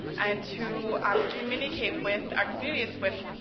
and to communicate with our communities with,